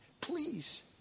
Please